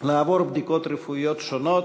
לעבור בדיקות רפואיות שונות.